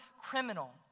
criminal